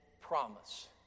promise